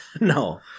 No